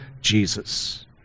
Jesus